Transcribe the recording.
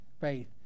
faith